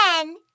again